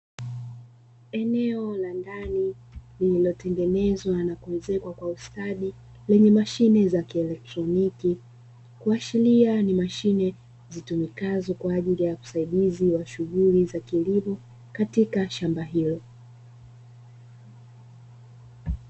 Eneo la ndani lililotengenezwa na kuezekwa kwa ustadi, lenye mashine za kielektroniki kuashiria ni mashine zitumikazo kwa ajili ya usaidizi wa shughuli za kilimo katika shamba hilo.